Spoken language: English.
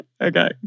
Okay